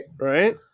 right